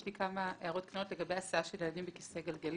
יש לי כמה הערות קטנות לגבי הסעה של ילדים בכיסא גלגלים.